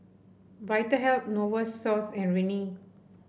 Vitahealth Novosource and Rene